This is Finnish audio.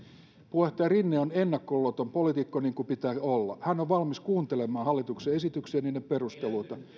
puheenjohtaja rinne on ennakkoluuloton poliitikko niin kuin pitää olla hän on valmis kuuntelemaan hallituksen esityksiä ja niiden perusteluita